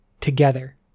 together